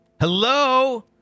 Hello